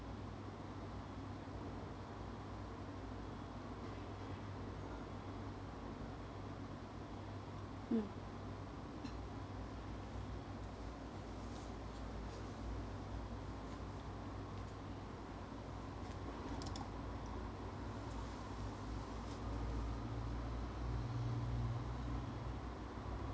mm